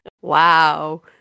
wow